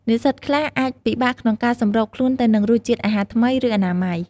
និស្សិតខ្លះអាចពិបាកក្នុងការសម្របខ្លួនទៅនឹងរសជាតិអាហារថ្មី ឬអនាម័យ។